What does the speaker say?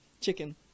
chicken